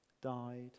died